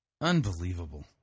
Unbelievable